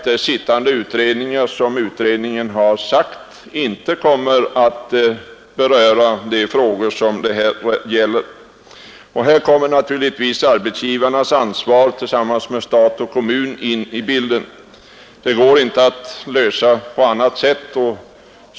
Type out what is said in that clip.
Den sittande utredningen kommer, enligt vad den framhållit, inte att beröra de frågor det här gäller. Här kommer naturligtvis arbetsgivarnas ansvar tillsammans med stat och kommun in i bilden. Det går inte att lösa problemet på annat sätt.